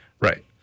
Right